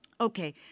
Okay